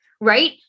right